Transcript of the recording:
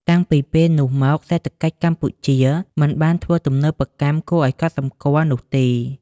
តាំងពីពេលនោះមក សេដ្ឋកិច្ចកម្ពុជាមិនបានធ្វើទំនើបកម្មគួរអោយកត់សំគាល់នោះទេ ។